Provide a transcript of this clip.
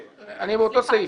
אני באותו סעיף,